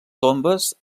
tombes